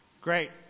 Great